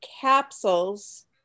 capsules